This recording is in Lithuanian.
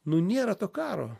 nu nėra karo